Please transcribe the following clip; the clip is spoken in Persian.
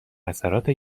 اثرات